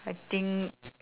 I think